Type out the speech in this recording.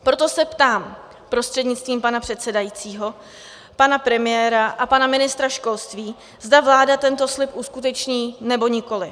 Proto se ptám prostřednictvím pana předsedajícího pana premiéra a pana ministra školství, zda vláda tento slib uskuteční, nebo nikoliv.